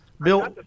Bill